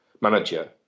manager